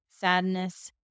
sadness